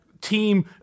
Team